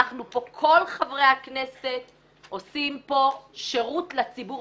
אנחנו פה כל חברי הכנסת עושים שירות לציבור,